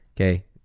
Okay